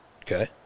okay